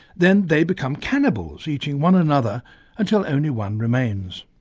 then they become cannibals, eating one another until only one remains.